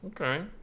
okay